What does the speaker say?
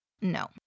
No